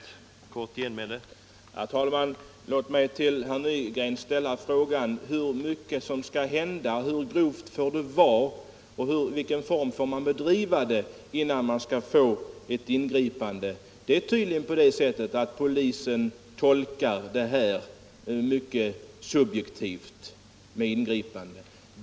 Herr talman! Låt mig till herr Nygren ställa frågan hur mycket som skall hända, hur långt det får gå och i vilken form man får bedriva verk samheten innan det skall bli ett ingripande. Det är tydligen så att polisen tolkar detta med ingripanden mycket subjektivt.